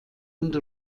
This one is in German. und